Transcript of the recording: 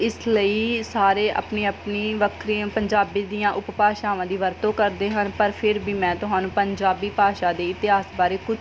ਇਸ ਲਈ ਸਾਰੇ ਆਪਣੀ ਆਪਣੀ ਵੱਖਰੀ ਪੰਜਾਬੀ ਦੀਆਂ ਉਪਭਾਸ਼ਾਵਾਂ ਦੀ ਵਰਤੋਂ ਕਰਦੇ ਹਨ ਪਰ ਫਿਰ ਵੀ ਮੈਂ ਤੁਹਾਨੂੰ ਪੰਜਾਬੀ ਭਾਸ਼ਾ ਦੇ ਇਤਿਹਾਸ ਬਾਰੇ ਕੁਝ